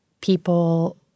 people